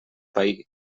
pair